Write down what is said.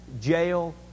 jail